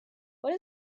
what